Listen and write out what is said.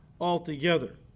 altogether